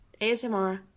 ASMR